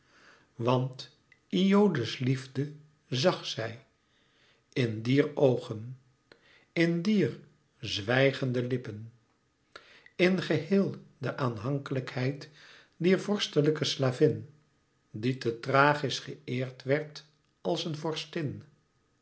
want iole's liefde zag zij in dier oogen in dier zwijgende lippen in geheel de aanhankelijkheid dier vorstelijke slavin die te thrachis ge eerd werd als een